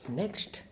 next